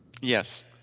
Yes